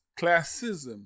classism